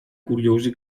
curiosi